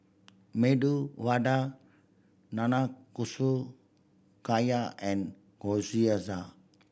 Medu Vada Nanakusa Gayu and Gyoza